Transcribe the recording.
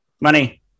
Money